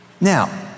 Now